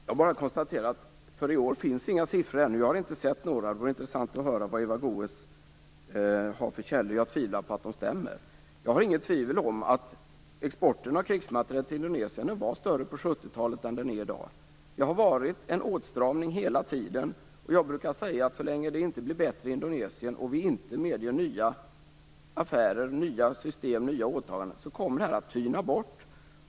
Fru talman! Jag bara konstaterar att det inte finns några siffror för i år ännu. Jag har inte sett några, och det vore intressant att höra vad Eva Goës har för källor. Jag tvivlar på att de stämmer. Jag hyser inget tvivel om att exporten av krigsmateriel till Indonesien var större på 70-talet än den är i dag. Det har skett en åtstramning hela tiden. Jag brukar säga att så länge det inte blir bättre i Indonesien och vi inte medger nya affärer, nya system och nya åtaganden kommer detta att tyna bort.